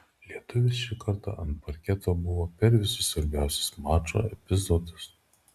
lietuvis šį kartą ant parketo buvo per visus svarbiausius mačo epizodus